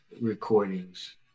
recordings